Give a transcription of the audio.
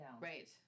right